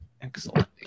Excellent